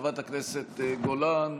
חברת הכנסת גולן,